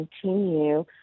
continue